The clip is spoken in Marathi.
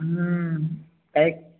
काय